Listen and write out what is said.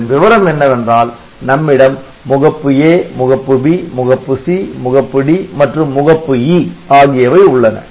இதன் விவரம் என்னவென்றால் நம்மிடம் முகப்பு A முகப்பு B முகப்பு C முகப்பு D மற்றும் முகப்பு E ஆகியவை உள்ளன